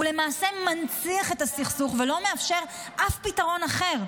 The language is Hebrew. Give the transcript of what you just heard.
זה למעשה מנציח את הסכסוך ולא מאפשר אף פתרון אחר,